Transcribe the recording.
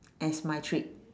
as my treat